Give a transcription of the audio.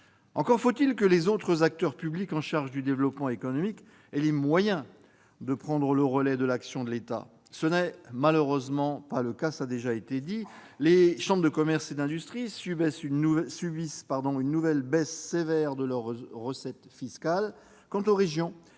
Encore faut-il que les autres acteurs publics chargés du développement économique aient les moyens de prendre le relais de l'action de l'État. Ce n'est malheureusement pas le cas. Les chambres de commerce et d'industrie subissent une nouvelle baisse sévère de leurs recettes fiscales. Concernant les régions,